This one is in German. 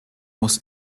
muss